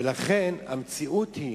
ולכן המציאות היא